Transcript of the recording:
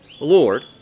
Lord